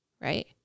right